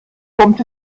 kommt